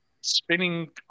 spinning